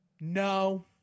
No